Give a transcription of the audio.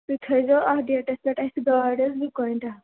تُہۍ تھٲوِزیٚو اَتھ ڈیٹٕس پیٚٹھ اَسہِ گاڈٕ زٕ کۅنٛیٹٕل